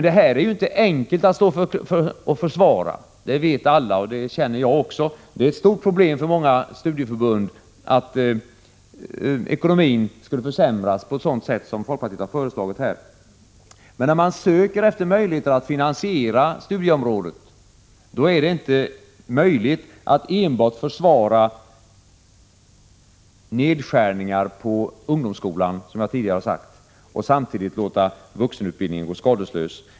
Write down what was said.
Detta är inte enkelt att försvara — det vet alla, och det känner jag också. Det vore ett stort problem för många studieförbund om ekonomin skulle försämras på ett sådant sätt som folkpartiet här har föreslagit. När man söker efter möjligheter att finansiera studieområdet går det inte att enbart försvara nedskärningar inom ungdomsskolan, som jag tidigare sagt, och samtidigt låta vuxenutbildningen gå skadeslös.